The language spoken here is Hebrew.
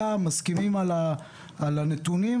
אל תלמד אותנו איך אנחנו טועים.